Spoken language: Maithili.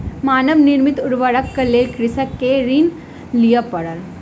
मानव निर्मित उर्वरकक लेल कृषक के ऋण लिअ पड़ल